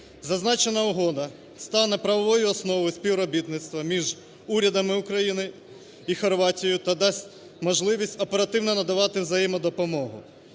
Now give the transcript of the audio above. Зазначена угода стане правовою основою співробітництва між урядами України і Хорватії та дасть можливість оперативно надавати взаємодопомогу.